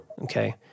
okay